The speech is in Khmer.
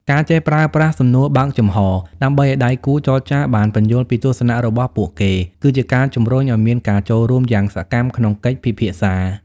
ការចេះប្រើប្រាស់ "សំណួរបើកចំហ" ដើម្បីឱ្យដៃគូចរចាបានពន្យល់ពីទស្សនៈរបស់ពួកគេ គឺជាការជំរុញឱ្យមានការចូលរួមយ៉ាងសកម្មក្នុងកិច្ចពិភាក្សា។